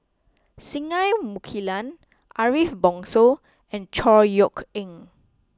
Singai Mukilan Ariff Bongso and Chor Yeok Eng